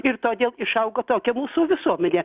ir todėl išaugo tokia mūsų visuomenė